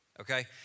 okay